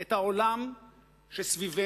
את העולם שסביבנו